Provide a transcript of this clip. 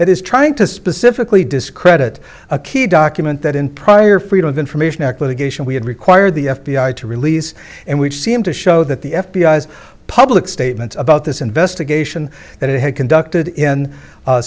that is trying to specifically discredit a key document that in prior freedom of information act litigation we had required the f b i to release and which seem to show that the f b i has public statements about this investigation that it had conducted in